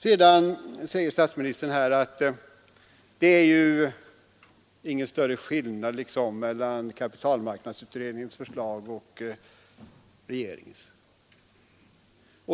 Sedan säger statsministern att det inte är någon större skillnad mellan kapitalmarknadsutredningens förslag och regeringens.